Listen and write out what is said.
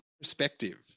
perspective